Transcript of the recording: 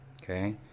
Okay